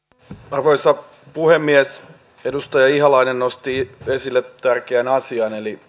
arvoisa puhemies edustaja ihalainen nosti esille tärkeän asian eli